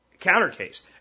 countercase